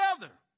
together